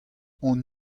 hon